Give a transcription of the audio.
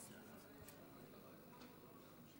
הנושא של כבאות ביישובים הערביים מחייב תשומת לב ותשומת לב מיוחדת.